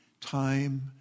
Time